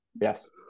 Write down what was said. Yes